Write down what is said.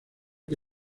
que